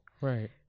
Right